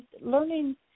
learning